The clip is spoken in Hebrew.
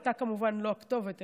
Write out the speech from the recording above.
אתה כמובן לא הכתובת,